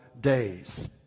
days